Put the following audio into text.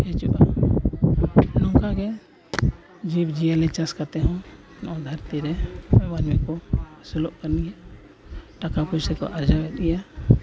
ᱦᱤᱡᱩᱜᱼᱟ ᱱᱚᱝᱠᱟ ᱜᱮ ᱡᱤᱵᱽᱼᱡᱤᱭᱟᱹᱞᱤ ᱪᱟᱥ ᱠᱟᱛᱮᱫ ᱦᱚᱸ ᱱᱚᱣᱟ ᱫᱷᱟᱹᱨᱛᱤ ᱨᱮ ᱢᱟᱹᱱᱢᱤ ᱠᱚ ᱟᱹᱥᱩᱞᱚᱜ ᱠᱟᱱ ᱜᱮᱭᱟ ᱴᱟᱠᱟ ᱯᱩᱭᱥᱟᱹ ᱠᱚ ᱟᱨᱡᱟᱣᱮᱫ ᱜᱮᱭᱟ